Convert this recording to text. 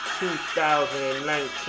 2019